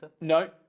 no